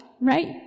right